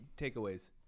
takeaways